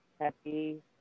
Happy